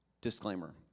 Disclaimer